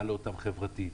מעלה אותן חברתית.